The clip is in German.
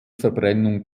verbrennung